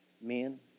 men